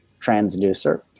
transducer